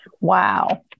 Wow